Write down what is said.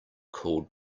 called